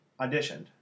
auditioned